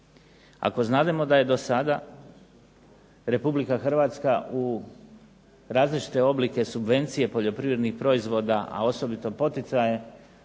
Ako znademo da je do sada Republika Hrvatska u različite oblike subvencije poljoprivrednih proizvoda, a osobito poticaje